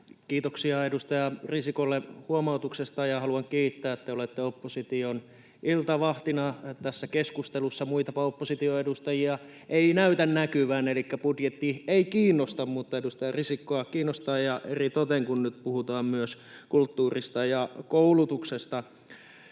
Kiitoksia edustaja Risikolle huomautuksesta. Haluan kiittää, että te olette opposition iltavahtina tässä keskustelussa — muitapa opposition edustajia ei näytä näkyvän, elikkä budjetti ei kiinnosta, mutta edustaja Risikkoa kiinnostaa, ja eritoten kun nyt puhutaan myös kulttuurista ja koulutuksesta.